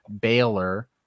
Baylor